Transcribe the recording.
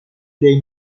dei